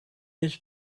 his